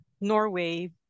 Norway